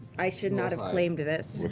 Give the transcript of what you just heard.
i should not have claimed this.